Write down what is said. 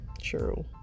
True